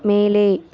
மேலே